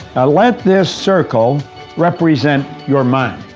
let this circle represent your mind,